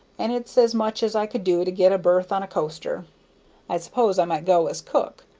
and it's as much as i can do to get a berth on a coaster i suppose i might go as cook.